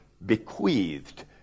bequeathed